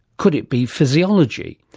could it be physiology?